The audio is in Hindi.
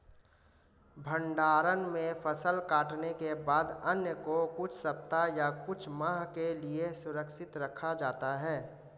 भण्डारण में फसल कटने के बाद अन्न को कुछ सप्ताह या कुछ माह के लिये सुरक्षित रखा जाता है